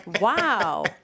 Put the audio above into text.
wow